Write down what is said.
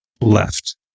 left